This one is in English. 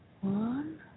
One